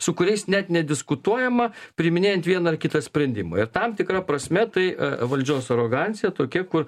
su kuriais net nediskutuojama priiminėjant vieną ar kitą sprendimą ir tam tikra prasme tai valdžios arogancija tokia kur